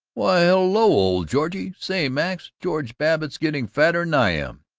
why, hello, old georgie! say, max, george babbitt is getting fatter than i am!